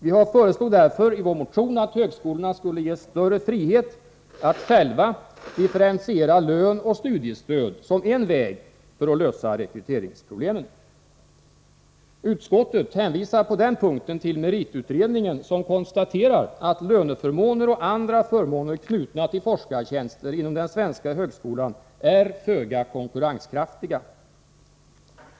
Vi föreslog därför i vår motion att högskolorna skulle ges större frihet att själva differentiera lön och 2 studiestöd som en väg att lösa rekryteringsproblemen. Utskottet hänvisar på denna punkt till meritutredningen, som konstaterar att löneförmåner och andra förmåner, knutna till forskartjänster inom den svenska högskolan, är föga konkurrenskraftiga.